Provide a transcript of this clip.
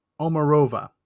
Omarova